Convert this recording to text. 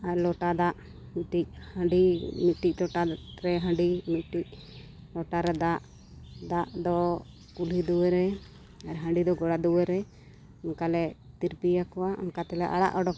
ᱞᱚᱴᱟ ᱫᱟᱜ ᱢᱤᱫᱴᱤᱡ ᱦᱟᱺᱰᱤ ᱢᱤᱫᱴᱤᱡ ᱞᱚᱴᱟ ᱨᱮ ᱦᱟᱺᱰᱤ ᱢᱤᱫᱴᱤᱡ ᱞᱚᱴᱟ ᱨᱮ ᱫᱟᱜ ᱫᱟᱜ ᱫᱚ ᱠᱩᱞᱦᱤ ᱫᱩᱣᱟᱹᱨ ᱨᱮ ᱟᱨ ᱦᱟᱺᱰᱤ ᱫᱚ ᱜᱚᱲᱟ ᱫᱩᱣᱟᱹᱨ ᱨᱮ ᱚᱱᱠᱟ ᱞᱮ ᱛᱤᱨᱯᱤ ᱟᱠᱚᱣᱟ ᱚᱱᱠᱟ ᱛᱮᱞᱮ ᱟᱲᱟᱜ ᱚᱰᱳᱠ ᱠᱚᱣᱟ